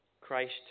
Christ